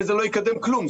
וזה לא יקדם כלום.